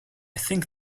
think